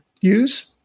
use